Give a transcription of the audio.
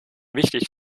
wichtig